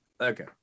okay